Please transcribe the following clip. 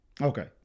Okay